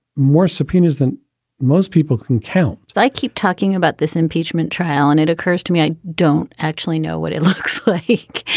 more subpoenas than most people can count they keep talking about this impeachment trial. and it occurs to me i don't actually know what it looks like.